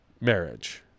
marriage